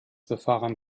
befahren